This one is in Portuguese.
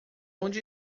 onde